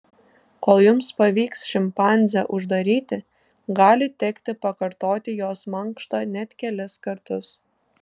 kol jums pavyks šimpanzę uždaryti gali tekti pakartoti jos mankštą net kelis kartus